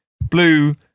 blue